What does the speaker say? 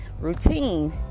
routine